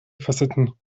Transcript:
facetten